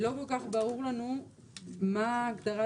לא כל כך ברור לנו מה ההגדרה,